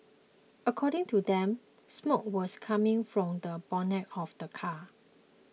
according to them smoke was coming from the bonnet of the car